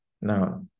Now